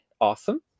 awesome